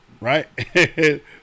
right